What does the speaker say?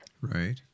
Right